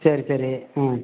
சரி சரி ம்